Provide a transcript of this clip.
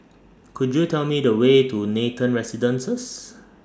Could YOU Tell Me The Way to Nathan Residences